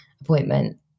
appointment